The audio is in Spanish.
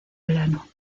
verano